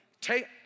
take